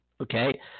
Okay